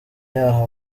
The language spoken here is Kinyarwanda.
y’aho